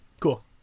Cool